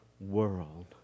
world